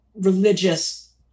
religious